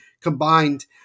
combined